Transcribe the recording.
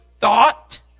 thought